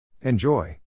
Enjoy